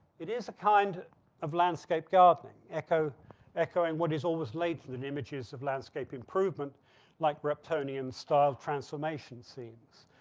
it is a kind of landscape gardening, echoing echoing what is always late to the images of landscape improvement like rep tony and style transformation scenes.